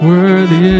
Worthy